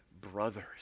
brothers